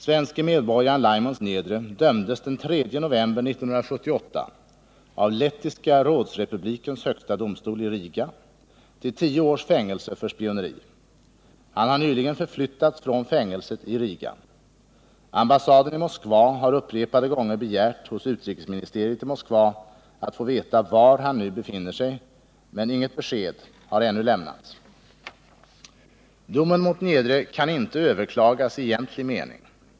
Svenske medborgaren Laimons Niedre dömdes den 3 november 1978 av lettiska rådsrepublikens högsta domstol i Riga till tio års fängelse för spioneri. Han har nyligen förflyttats från fängelset i Riga. Ambassaden i Moskva har upprepade gånger hos utrikesministeriet i Moska begärt att få veta var han nu befinner sig, men inget besked har ännu lämnats. Domen mot Niedre kan inte överklagas i egentlig mening.